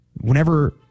Whenever